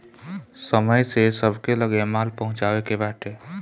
समय से सबके लगे माल पहुँचावे के बाटे